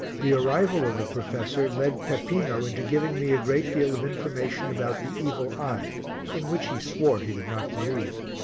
the arrival of the professor led peppino into giving me a great deal of information about the evil eye in which he swore he did not believe.